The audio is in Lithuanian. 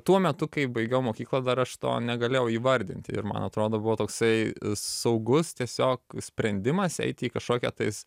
tuo metu kai baigiau mokyklą dar aš to negalėjau įvardinti ir man atrodo buvo toksai saugus tiesiog sprendimas eiti į kažkokią tais